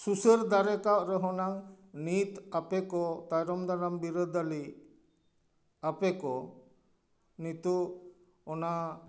ᱥᱩᱥᱟᱹᱨ ᱫᱟᱲᱮᱭᱟᱠᱟᱫ ᱨᱮᱦᱚᱸ ᱱᱟᱝ ᱱᱤᱛ ᱟᱯᱮ ᱠᱚ ᱛᱟᱭᱱᱚᱢ ᱫᱟᱨᱟᱢ ᱵᱤᱨᱟᱹᱫᱟᱹᱞᱤ ᱟᱯᱮ ᱠᱚ ᱱᱤᱛᱳᱜ ᱚᱱᱟ